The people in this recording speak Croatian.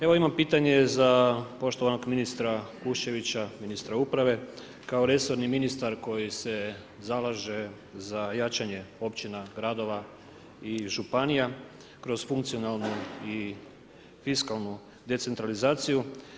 Evo imam pitanje za poštovanog ministra Kuščevića, ministra uprave kao resorni ministar koji se zalaže za jačanje općina, gradova i županija kroz funkcionalnu i fiskalnu decentralizaciju.